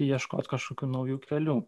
ieškoti kažkokių naujų kelių